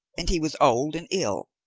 and he was old and ill,